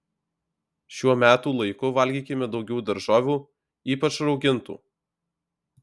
šiuo metų laiku valgykime daugiau daržovių ypač raugintų